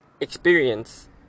experience